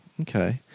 Okay